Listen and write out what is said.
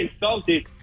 insulted